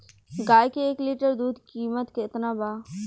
गाय के एक लीटर दूध कीमत केतना बा?